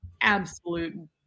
absolute